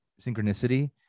synchronicity